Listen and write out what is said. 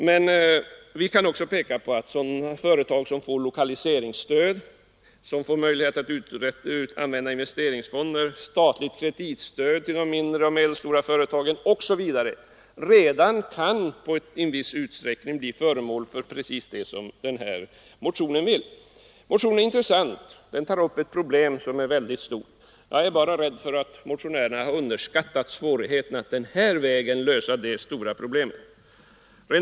Men vi kan också peka på att företag som får lokaliseringsstöd, som får möjligheter att använda investeringsfonder, som blir delaktiga av statligt kreditstöd till mindre och medelstora företag redan i viss utsträckning kan bli föremål för precis sådan kontroll som den här motionen syftar till. Motionen är intressant. Den tar upp ett stort problem. Jag är bara rädd för att motionärerna har underskattat svårigheterna att den här vägen lösa detta stora problem.